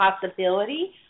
possibility